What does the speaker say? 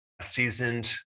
seasoned